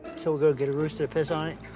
so we'll go get a rooster to piss on